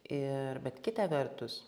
ir bet kita vertus